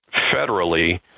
federally